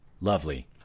Lovely